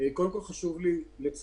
קודם כל חשוב לי לציין